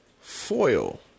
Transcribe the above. foil